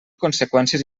conseqüències